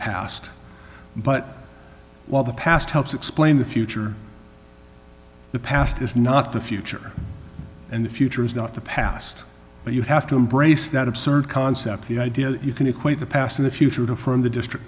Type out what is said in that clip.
past but while the past helps explain the future the past is not the future and the future is not the past but you have to embrace that absurd concept the idea that you can equate the past in the future to affirm the district